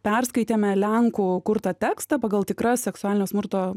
perskaitėme lenkų kurtą tekstą pagal tikras seksualinio smurto